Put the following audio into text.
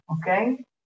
okay